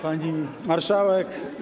Pani Marszałek!